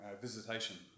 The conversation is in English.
Visitation